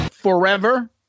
Forever